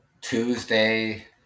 Tuesday